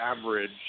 average